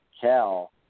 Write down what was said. Cal